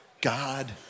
God